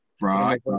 Right